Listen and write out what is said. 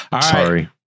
Sorry